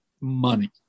money